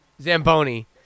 Zamboni